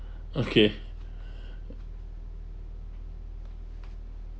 okay